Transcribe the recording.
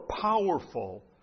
powerful